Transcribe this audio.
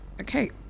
Okay